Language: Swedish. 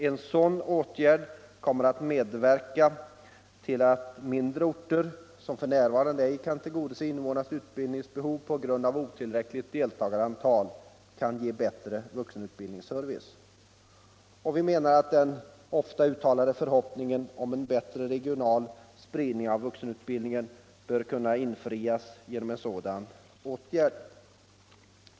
En åtgärd av det slaget kommer att medverka till att mindre orter, som f.n. ej kan tillgodose invånarnas utbildningsbehov på grund av otillräckligt deltagarantal, får bättre vuxenutbildningsservice. Vi menar att den ofta uttalade förhoppningen om en bättre regional spridning av vuxenutbildningen bör kunna infrias genom en sådan åtgärd.